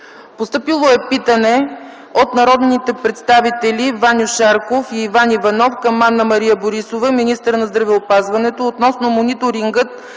16 юли 2010 г.; - от народните представители Ваньо Шарков и Иван Иванов към Анна-Мария Борисова – министър на здравеопазването, относно мониторинга